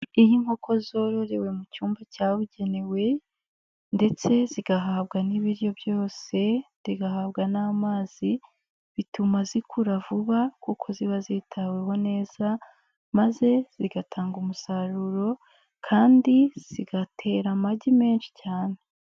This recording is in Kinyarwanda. Iyo inkoko zororewe mu cyumba cyabugenewe ndetse zigahabwa n'ibiryo byose, zigahabwa n'amazi, bituma zikura vuba kuko ziba zitaweho neza maze zigatanga umusaruro kandi zigatera amagi menshi cyane.